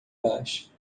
baixo